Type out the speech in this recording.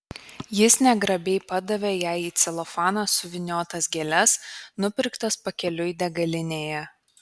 jis negrabiai padavė jai į celofaną suvyniotas gėles nupirktas pakeliui degalinėje